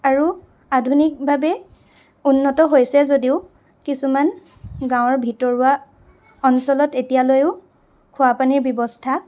আৰু আধুনিকভাৱে উন্নত হৈছে যদিও কিছুমান গাঁৱৰ ভিতৰুৱা অঞ্চলত এতিয়ালৈও খোৱা পানীৰ ব্য়ৱস্থা